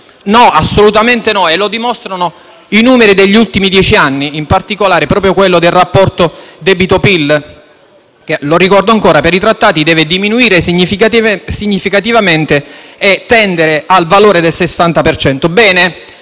No, assolutamente no. E lo dimostrano i numeri degli ultimi dieci anni, in particolare proprio quello del rapporto debito-PIL, che - lo ricordo ancora - per i Trattati deve diminuire significativamente e tendere al valore del 60